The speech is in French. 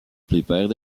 plupart